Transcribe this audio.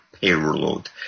payload